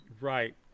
right